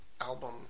album